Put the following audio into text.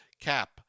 cap